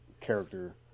character